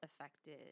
affected